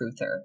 truther